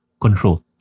control